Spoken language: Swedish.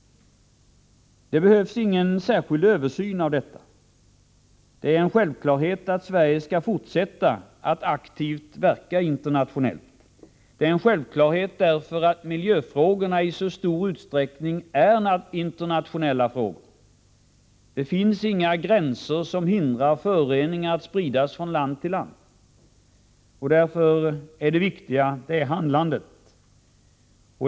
Någon särskild översyn behövs inte härvidlag. Det är en självklarhet att Sverige skall fortsätta att aktivt verka internationellt på miljöområdet, eftersom miljöfrågorna i så stor utsträckning är internationella frågor. Det finns inga gränser som hindrar föroreningar att spridas från land till land, och följaktligen är det viktiga just handlandet.